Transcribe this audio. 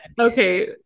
Okay